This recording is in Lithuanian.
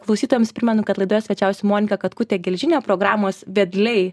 klausytojams primenu kad laidoje svečiavosi monika katkutė gelžinio programos vedliai